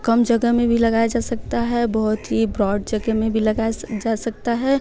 कम जगह में भी लगाया जा सकता है बहुत ही ब्रॉड जगह में भी लगाए जा सकता है